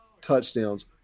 touchdowns